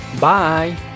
bye